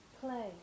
play